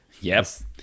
yes